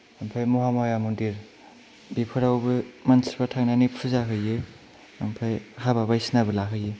ओमफ्राय महामाया मन्दिर बेफोरावबो मानसिफोरा थांनानै फुजा होयो ओमफाय हाबा बायदिसिनाबो लाहैयो